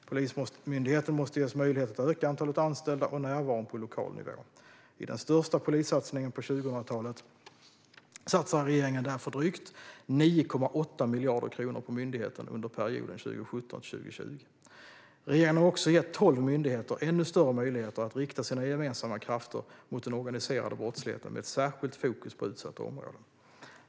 Polismyndigheten måste ges möjlighet att öka antalet anställda och närvaron på lokal nivå. I den största polissatsningen på 2000-talet satsar regeringen därför drygt 9,8 miljarder kronor på myndigheten under perioden 2017-2020. Regeringen har också gett tolv myndigheter ännu större möjligheter att rikta sina gemensamma krafter mot den organiserade brottsligheten med ett särskilt fokus på utsatta områden.